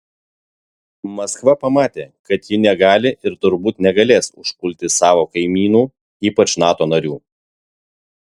maskva pamatė kad ji negali ir turbūt negalės užpulti savo kaimynų ypač nato narių